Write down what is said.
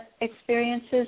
experiences